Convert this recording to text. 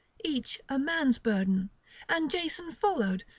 each a man's burden and jason followed,